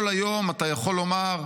כל היום אתה יכול לומר,